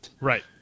Right